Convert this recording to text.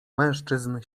mężczyzn